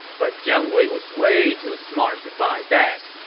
but jiang wei was way too smart to buy that.